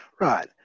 Right